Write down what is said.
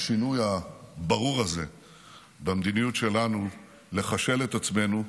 השינוי הברור הזה במדיניות שלנו לחשל את עצמנו,